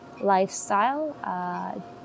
lifestyle